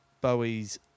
Bowie's